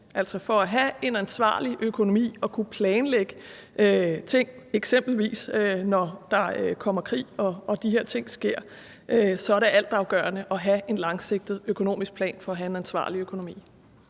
det for at have en ansvarlig økonomi og kunne planlægge ting, eksempelvis når der kommer krig og de her ting sker, så er altafgørende at have en langsigtet økonomisk plan? Kl. 13:23 Formanden (Henrik